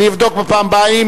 אני אבדוק בפעם הבאה.